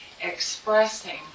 expressing